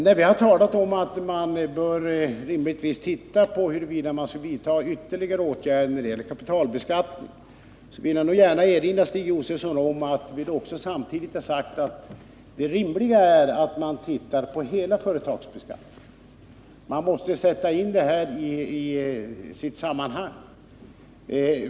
När vi har talat om att man bör titta på huruvida man skall vidta ytterligare åtgärder när det gäller kapitalbeskattningen, vill jag nog gärna erinra Stig Josefson om att vi samtidigt har sagt att det riktiga är att man tittar på hela företagsbeskattningen. Man måste sätta in den här frågan i dess sammanhang.